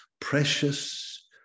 precious